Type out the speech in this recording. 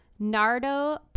nardo